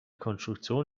konstruktion